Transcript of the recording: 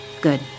Good